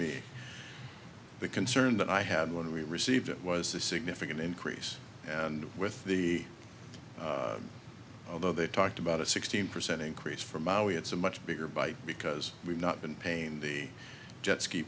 me the concern that i had when we received it was a significant increase and with the although they talked about a sixteen percent increase from maui it's a much bigger bite because we've not been pain the jet ski